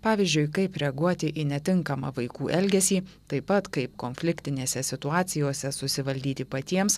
pavyzdžiui kaip reaguoti į netinkamą vaikų elgesį taip pat kaip konfliktinėse situacijose susivaldyti patiems